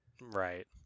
Right